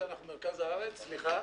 אנחנו מרכז הארץ, סליחה.